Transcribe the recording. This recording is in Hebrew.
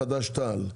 עתיד,